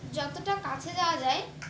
যতটা কাছে যাওয়া যায়